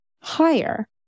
higher